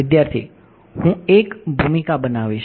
વિદ્યાર્થી હું એક ભૂમિકા બનાવીશ